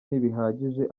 ntibihagije